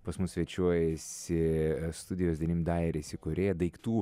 pas mus svečiuojasi studijos denim dajeris įkūrėja daiktų